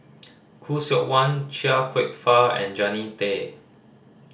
Khoo Seok Wan Chia Kwek Fah and Jannie Tay